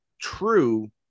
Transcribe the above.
true